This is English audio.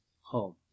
home